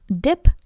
dip